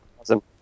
Awesome